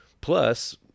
plus